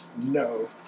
No